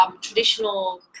traditional